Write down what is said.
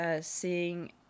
seeing